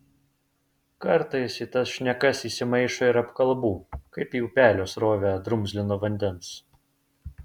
kartais į tas šnekas įsimaišo ir apkalbų kaip į upelio srovę drumzlino vandens